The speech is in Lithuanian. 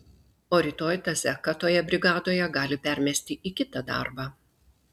o rytoj tą zeką toje brigadoje gali permesti į kitą darbą